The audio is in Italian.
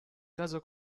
caso